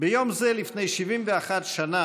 הצעות לסדר-היום מס' 103, 184,